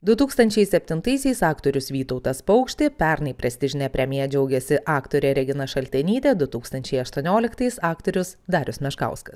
du tūkstančiai septintaisiais aktorius vytautas paukštė pernai prestižine premija džiaugėsi aktorė regina šaltenytė du tūkstančiai aštuonioliktais aktorius darius meškauskas